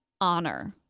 honor